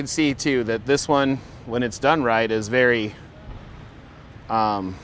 can see too that this one when it's done right is very